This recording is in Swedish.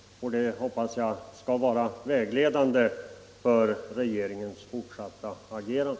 Det hoppas jag skall vara vägledande för regeringens fortsatta agerande.